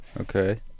Okay